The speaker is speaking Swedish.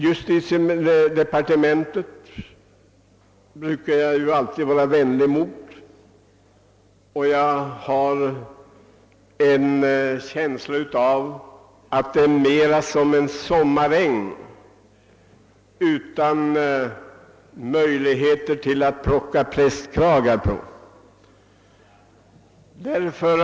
Justitiedepartementet brukar jag alltid vara vänlig mot. Jag har en känsla av att justitiedepartementet mera liknar en sommaräng, där man inte har några möjligheter att plocka prästkragar.